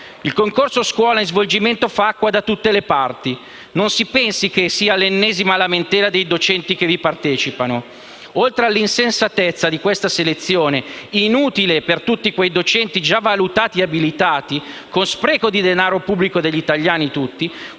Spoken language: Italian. «Il concorso scuola in svolgimento fa acqua da tutte le parti. Non si pensi che sia l'ennesima lamentela dei docenti che vi partecipano. Oltre all'insensatezza di questa selezione, inutile per tutti quei docenti già valutati e abilitati, con spreco di denaro pubblico degli italiani tutti,